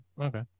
Okay